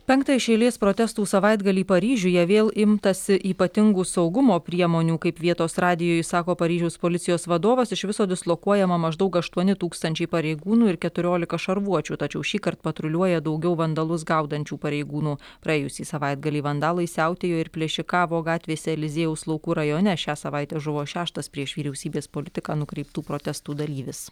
penktą iš eilės protestų savaitgalį paryžiuje vėl imtasi ypatingų saugumo priemonių kaip vietos radijui sako paryžiaus policijos vadovas iš viso dislokuojama maždaug aštuoni tūkstančiai pareigūnų ir keturiolika šarvuočių tačiau šįkart patruliuoja daugiau vandalus gaudančių pareigūnų praėjusį savaitgalį vandalai siautėjo ir plėšikavo gatvėse eliziejaus laukų rajone šią savaitę žuvo šeštas prieš vyriausybės politiką nukreiptų protestų dalyvis